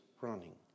running